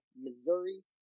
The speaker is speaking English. Missouri